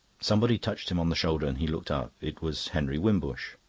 somebody touched him on the shoulder and he looked up. it was henry wimbush.